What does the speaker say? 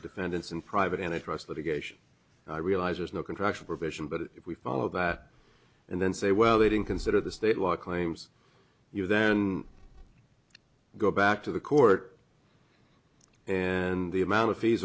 to defendants in private and i trust litigation and i realize there's no contractual provision but if we follow that and then say well they don't consider the state law claims you then go back to the court and the amount of fees